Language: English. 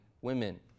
women